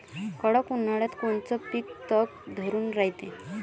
कडक उन्हाळ्यात कोनचं पिकं तग धरून रायते?